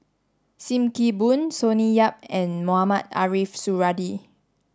Sim Kee Boon Sonny Yap and Mohamed Ariff Suradi